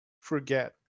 forget